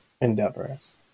endeavors